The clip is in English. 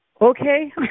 okay